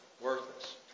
worthless